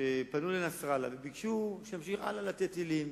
שפנו לנסראללה וביקשו שימשיך הלאה לשגר טילים